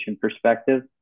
perspective